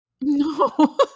No